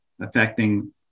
affecting